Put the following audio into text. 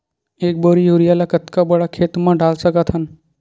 एक बोरी यूरिया ल कतका बड़ा खेत म डाल सकत हन?